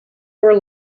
were